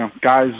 guys